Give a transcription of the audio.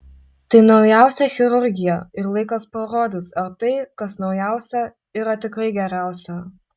tai naujausia chirurgija ir laikas parodys ar tai kas naujausia yra tikrai geriausia